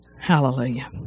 Hallelujah